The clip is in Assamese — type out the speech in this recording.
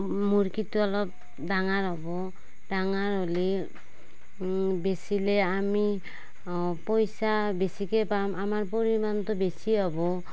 মুৰ্গীটো অলপ ডাঙৰ হ'ব ডাঙৰ হ'লে বেছিলে আমি পইচা বেছিকৈ পাম আমাৰ পৰিমাণটো বেছিয়ে হ'ব